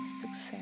success